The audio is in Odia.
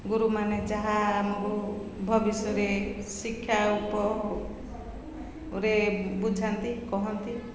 ଗୁରୁମାନେ ଯାହା ଆମକୁ ଭବିଷ୍ୟତରେ ଶିକ୍ଷା ଉପରେ ବୁଝାନ୍ତି କହନ୍ତି